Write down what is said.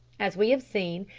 as we have seen,